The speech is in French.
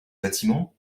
bâtiment